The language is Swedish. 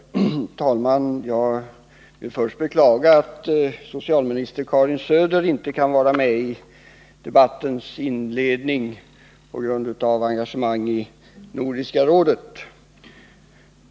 Herr talman! Jag vill först beklaga att socialministern Karin Söder på grund av engagemang i Nordiska rådet inte kan vara med i debattens inledning.